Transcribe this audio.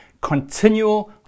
continual